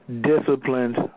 disciplined